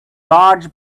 large